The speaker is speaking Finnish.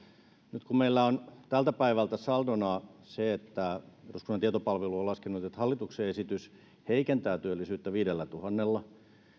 nyt kun meillä on tältä päivältä saldona se että eduskunnan tietopalvelu on laskenut että hallituksen esitys heikentää työllisyyttä viidellätuhannella